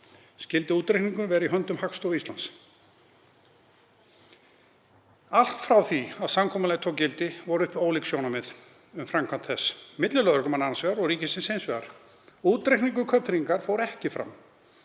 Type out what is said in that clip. Skyldi útreikningurinn vera í höndum Hagstofu Íslands. Allt frá því að samkomulagið tók gildi voru uppi ólík sjónarmið um framkvæmd þess milli lögreglumanna annars vegar og ríkisins hins vegar. Útreikningur kauptryggingar fór ekki fram